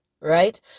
right